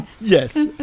Yes